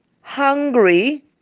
hungry